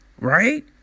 right